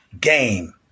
game